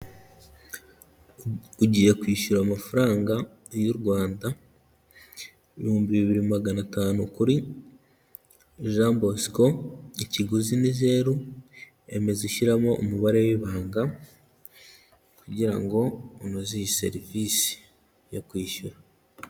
Ugiye kwishyura amafaranga y'u Rwanda ibihumbi bibiri magana atanu kuri Jean Bosiko ikiguzi ni zeru, emeza ushyiramo umubare w'ibanga kugira ngo unoze iyi serivisi yo kwishyura.